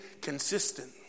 consistent